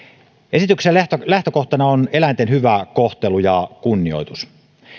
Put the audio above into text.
esityksen lähtökohtana on eläinten hyvä kohtelu ja kunnioitus